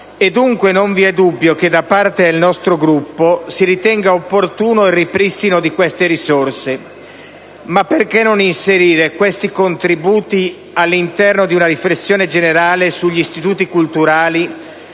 dunque non vi è dubbio che da parte del nostro Gruppo si ritenga opportuno il ripristino di queste risorse. Ma perché non inserire questi contributi all'interno di una riflessione generale sugli istituti culturali